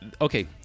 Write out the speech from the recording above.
Okay